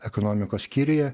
ekonomikos skyriuje